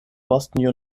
boston